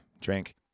Drink